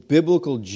Biblical